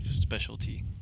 specialty